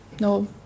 No